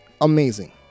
Amazing